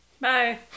Bye